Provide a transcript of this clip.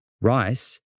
Rice